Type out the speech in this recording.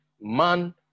man